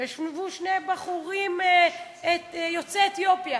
וישבו שני בחורים יוצאי אתיופיה,